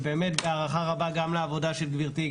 ובאמת בהערכה רבה גם לעבודה של גברתי ,